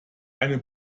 eine